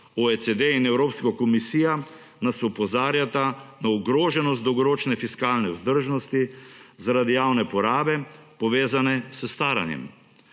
OECD in Evropska komisija nas opozarjata na ogroženost dolgoročne fiskalne vzdržnosti zaradi javne porabe, povezane s staranjem.